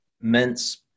mince